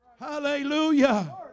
Hallelujah